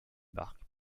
barque